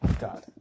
God